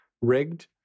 rigged